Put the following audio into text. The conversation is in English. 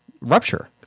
rupture